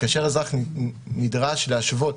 וכאשר אזרח נדרש להשוות,